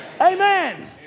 amen